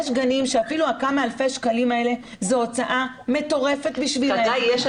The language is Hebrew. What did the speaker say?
יש גנים שאפילו כמה אלפי השקלים האלה זו הוצאה מטורפת בשבילם.